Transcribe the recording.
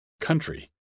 country